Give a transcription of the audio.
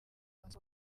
ndetse